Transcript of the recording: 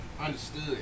understood